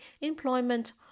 employment